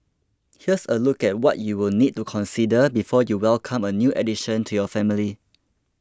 here's a look at what you will need to consider before you welcome a new addition to your family